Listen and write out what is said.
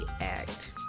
act